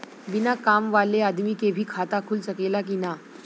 बिना काम वाले आदमी के भी खाता खुल सकेला की ना?